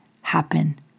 happen